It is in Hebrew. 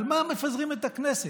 על מה מפזרים את הכנסת?